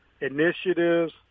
initiatives